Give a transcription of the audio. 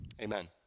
amen